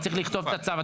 אתה צריך לכתוב את הצו,